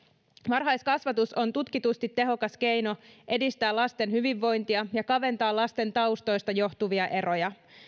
varhaiskasvatus on tutkitusti tehokas keino edistää lasten hyvinvointia ja kaventaa lasten taustoista johtuvia eroja